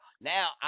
Now